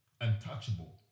untouchable